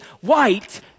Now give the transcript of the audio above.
white